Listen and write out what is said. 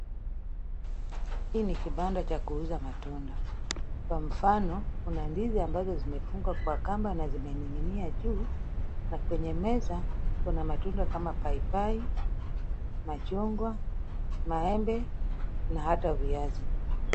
Hii ni kibanda cha kuuza matunda. Kwa mfano kuna ndizi ambazo zimefungwa na kamba na zimening'inia juu, na kwenye meza kuna matunda kama vile; paipai, machungwa, maembe na hata viazi.